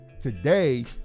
Today